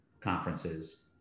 conferences